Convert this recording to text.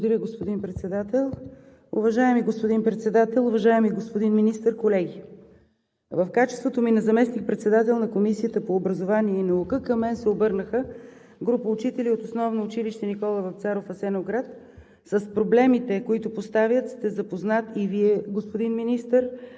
Благодаря, господин Председател. Уважаеми господин Председател, уважаеми господин Министър, колеги! В качеството ми на заместник-председател на Комисията по образованието и науката към мен се обърнаха група учители от Основно училище „Никола Вапцаров“ – Асеновград. С проблемите, които поставят, сте запознати и Вие, господин Министър,